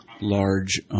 large